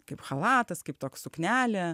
kaip chalatas kaip toks suknelė